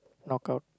knock out